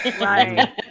Right